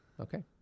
okay